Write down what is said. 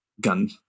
gun